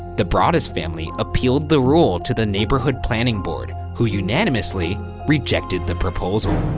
the broaddus family appealed the rule to the neighborhood planning board, who unanimously rejected the proposal.